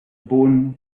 bone